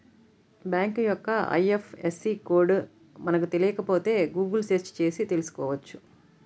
bank యొక్క IFSC code మనకు తెలియకపోతే గుగుల్ సెర్చ్ చేసి తెల్సుకోవచ్చు